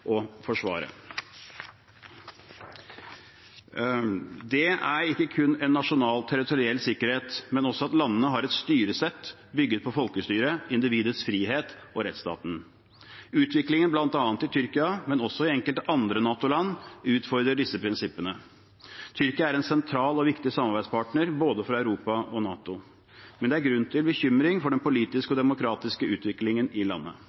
Det er ikke kun en nasjonal territoriell sikkerhet, men også at landene har et styresett bygget på folkestyre, individets frihet og rettsstaten. Utviklingen i bl.a. Tyrkia, men også i enkelte andre NATO-land, utfordrer disse prinsippene. Tyrkia er en sentral og viktig samarbeidspartner, både for Europa og for NATO, men det er grunn til bekymring for den politiske og demokratiske utviklingen i landet.